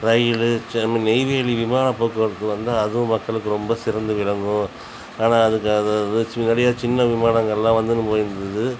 ரயில் நெய்வேலி விமான போக்குவரத்து வந்து அதுவும் மக்களுக்கு ரொம்ப சிறந்து விளங்கும் ஆனால் அதுக்கு அது முன்னாடி சின்ன விமானங்கள்லாம் வந்துன்னு போயின்னு இருந்தது